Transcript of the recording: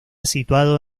situado